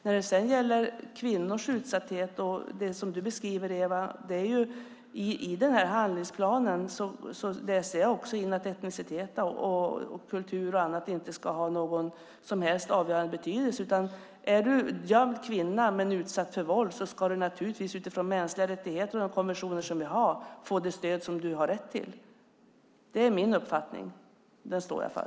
När det handlar om kvinnors utsatthet och det som du beskriver, Eva, läser jag i handlingsplanen också in att etnicitet, kultur och annat inte ska ha någon som helst avgörande betydelse. Om man är en gömd kvinna som är utsatt för våld ska man naturligtvis utifrån mänskliga rättigheter och de konventioner som vi har få det stöd som man har rätt till. Det är min uppfattning, och den står jag för.